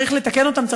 צריך לתקן אותם,